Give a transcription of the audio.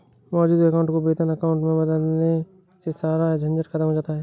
मौजूद अकाउंट को वेतन अकाउंट में बदलवाने से सारा झंझट खत्म हो जाता है